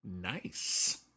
Nice